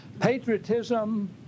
patriotism